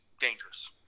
dangerous